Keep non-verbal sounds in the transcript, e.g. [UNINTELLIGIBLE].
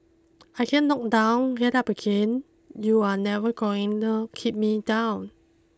I get knocked down get up again you are never going [UNINTELLIGIBLE] keep me down